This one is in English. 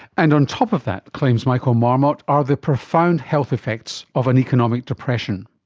and on top of that, claims michael marmot, are the profound health effects of an economic depression.